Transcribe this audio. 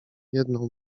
jedną